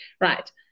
right